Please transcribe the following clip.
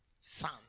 son